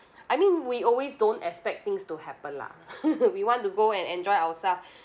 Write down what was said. I mean we always don't expect things to happen lah we want to go and enjoy ourself